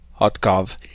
Hotkov